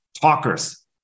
talkers